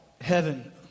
heaven